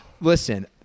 listen